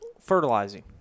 fertilizing